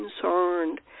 concerned